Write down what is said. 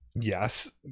Yes